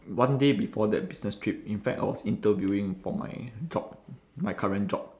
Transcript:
one day before that business trip in fact I was interviewing for my job my current job